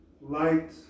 Light